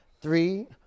three